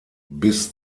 bis